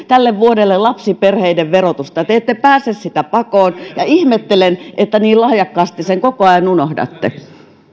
tälle vuodelle lapsiperheiden verotusta te ette pääse sitä pakoon ja ihmettelen että niin lahjakkaasti sen koko ajan unohdatte